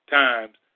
times